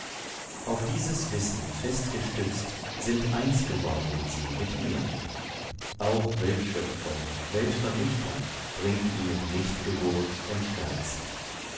auf dieses wissen fest gestützt sind eins geworden sie mit mir auch weltschöpfung weltvernichtung bringt ihnen nicht geburt und schmerz